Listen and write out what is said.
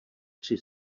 tři